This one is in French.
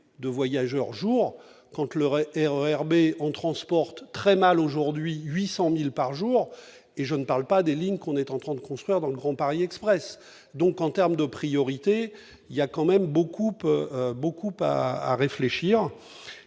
de voyageurs jour quand je leur ai RER B en transporte très mal aujourd'hui 800000 par jour et je ne parle pas des lignes qu'on est en train de construire dans le Grand Paris Express donc en terme de priorité, il y a quand même beaucoup peu